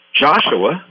Joshua